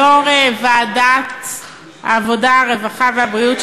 ליושב-ראש ועדת העבודה, הרווחה והבריאות,